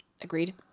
Agreed